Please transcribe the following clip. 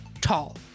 tall